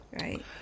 Right